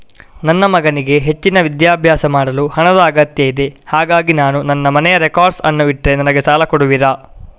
ನನ್ನ ಮಗನಿಗೆ ಹೆಚ್ಚಿನ ವಿದ್ಯಾಭ್ಯಾಸ ಮಾಡಲು ಹಣದ ಅಗತ್ಯ ಇದೆ ಹಾಗಾಗಿ ನಾನು ನನ್ನ ಮನೆಯ ರೆಕಾರ್ಡ್ಸ್ ಅನ್ನು ಇಟ್ರೆ ನನಗೆ ಸಾಲ ಕೊಡುವಿರಾ?